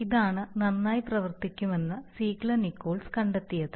ഇതാണ് നന്നായി പ്രവർത്തിക്കുമെന്ന് സീഗ്ലർ നിക്കോൾസ് കണ്ടെത്തിയത്